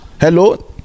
hello